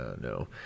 no